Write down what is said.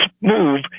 move